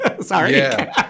Sorry